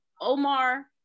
Omar